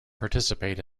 participate